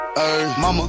Mama